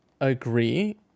agree